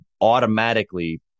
automatically